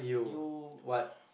you